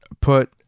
put